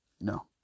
no